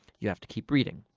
you have to keep reading.